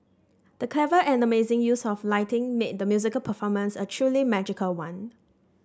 the clever and amazing use of lighting made the musical performance a truly magical one